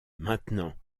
maintenant